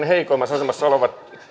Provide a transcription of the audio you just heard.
heikoimmassa asemassa olevat